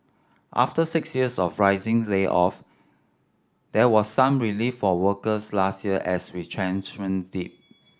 after six years of rising layoff there was some relief for workers last year as retrenchments dipped